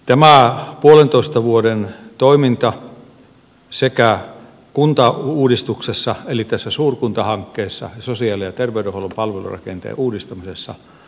tämä puolentoista vuoden toiminta sekä kuntauudistuksessa eli tässä suurkuntahankkeessa että sosiaali ja terveydenhuollon palvelurakenteen uudistamisessa on tullut kalliiksi